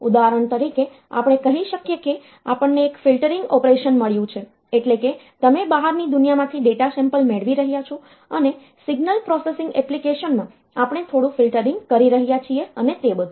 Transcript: ઉદાહરણ તરીકે આપણે કહી શકીએ કે આપણને એક ફિલ્ટરિંગ ઓપરેશન મળ્યું છે એટલે કે તમે બહારની દુનિયામાંથી ડેટા સેમ્પલ મેળવી રહ્યા છો અને સિગ્નલ પ્રોસેસિંગ એપ્લિકેશનમાં આપણે થોડું ફિલ્ટરિંગ કરી રહ્યા છીએ અને તે બધું